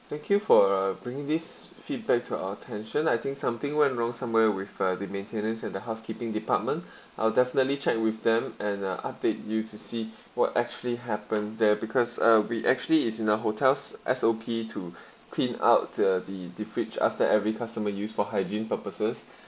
thank you for uh bringing this feedback to our attention I think something went wrong somewhere with uh the maintenance and the housekeeping department I'll definitely check with them and uh update you to see what actually happen there because uh we actually is in the hotel's S_O_P to clean out the the the fridges every customer used for hygiene purposes